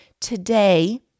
today